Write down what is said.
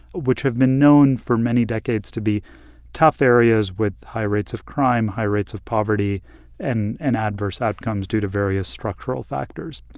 which have been known for many decades to be tough areas with high rates of crime, high rates of poverty and and adverse outcomes due to various structural factors.